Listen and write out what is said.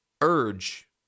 urge